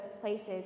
places